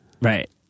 Right